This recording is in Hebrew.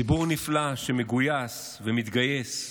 ציבור נפלא שמגויס ומתגייס,